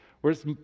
Whereas